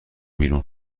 بیرون